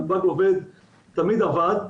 נתב"ג תמיד עבד,